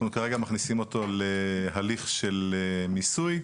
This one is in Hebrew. אנחנו כרגע מכניסים אותו להליך של מיסוי.